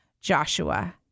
Joshua